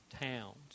towns